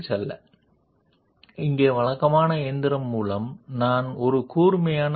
ఇక్కడ సాంప్రదాయిక మ్యాచింగ్ అంటే కఠినమైన పదార్థం పదునైన అంచు సహాయంతో మృదువైన భాగం నుండి పదార్థాన్ని తొలగించడం